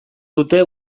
dute